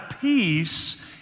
peace